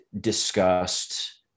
discussed